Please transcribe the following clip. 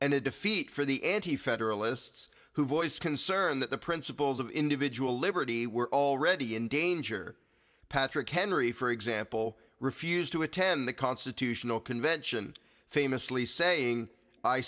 and a defeat for the anti federalists who voiced concern that the principles of individual liberty were already in danger patrick henry for example refused to attend the constitutional convention famously saying i